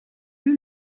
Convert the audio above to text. eut